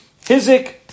hizik